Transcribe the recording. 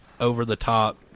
over-the-top